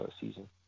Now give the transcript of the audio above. season